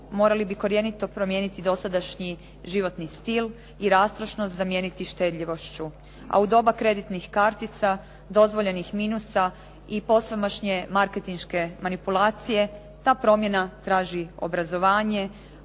morali bi korjenito promijeniti dosadašnji životni stil i rastrošnost zamijeniti štedljivošću a u doba kreditnih kartica, dozvoljenih minusa i posvemašnje marketinške manipulacije ta promjena traži obrazovanje,